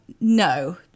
no